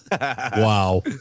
Wow